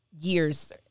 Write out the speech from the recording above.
years